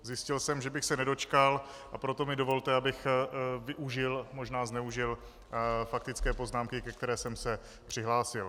Zjistil jsem, že bych se nedočkal, a proto mi dovolte, abych využil, možná zneužil faktické poznámky, ke které jsem se přihlásil.